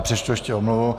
Přečtu ještě omluvu.